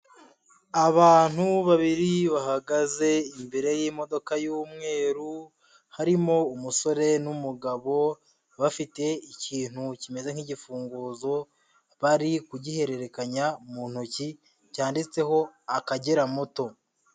Abantu babiri bahagaze imbere y'imodoka y'umweru, harimo umusore n'umugabo bafite ikintu kimeze nk'igifunguzo, bari kugihererekanya mu ntoki, cyanditseho Akagera moto.